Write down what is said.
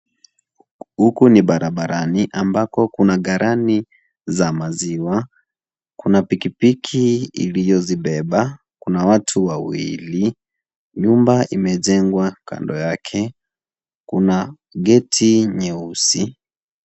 Huku ni barabarani ambako kuna garani za maziwa. Kuna pikipiki iliyozibeba. Kuna watu wawili. Nyumba imejengwa kando yake. Kuna geti nyeusi.